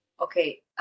okay